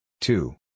Two